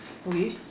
okay